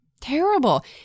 terrible